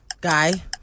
Guy